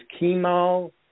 chemo